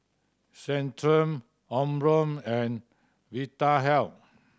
Centrum Omron and Vitahealth